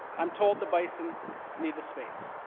i'm told the bison need the space.